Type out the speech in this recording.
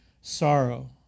sorrow